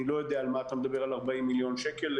אני לא יודע על 40 מיליון שקל שאתה מדבר עליהם,